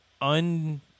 Un